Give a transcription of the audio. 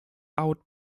out